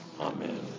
Amen